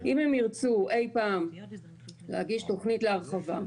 אם הם ירצו אי פעם להגיש תכנית להרחבה,